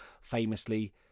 famously